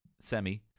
Semi